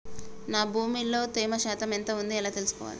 నా భూమి లో తేమ శాతం ఎంత ఉంది ఎలా తెలుసుకోవాలే?